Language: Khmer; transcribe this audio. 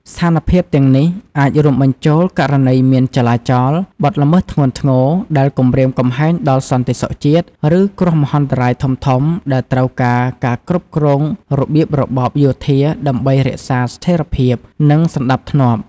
ស្ថានភាពទាំងនេះអាចរួមបញ្ចូលករណីមានចលាចល បទល្មើសធ្ងន់ធ្ងរដែលគំរាមកំហែងដល់សន្តិសុខជាតិ ឬគ្រោះមហន្តរាយធំៗដែលត្រូវការការគ្រប់គ្រងរបៀបរបបយោធាដើម្បីរក្សាស្ថេរភាពនិងសណ្តាប់ធ្នាប់។